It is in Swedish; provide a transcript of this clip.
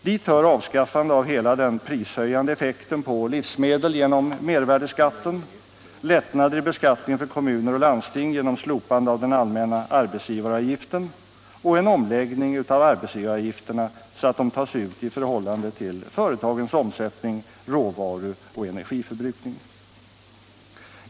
Dit hör avskaffande av hela den prishöjande effekten på livsmedel genom mervärdeskatten, lättnader i beskattningen av kommuner och landsting genom slopande av den allmänna arbetsgivaravgiften och en omläggning av arbetsgivaravgifterna så att de tas ut i förhållande till företagens omsättning samt råvaru och energiförbrukning.